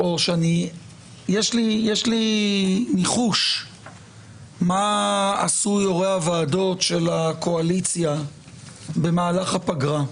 יש לי ניחוש מה עשו יו"רי הוועדות של הקואליציה במהלך הפגרה.